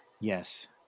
yes